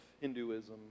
Hinduism